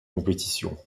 compétition